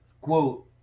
quote